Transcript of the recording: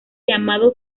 llamado